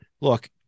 Look